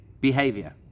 behavior